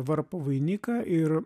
varpo vainiką ir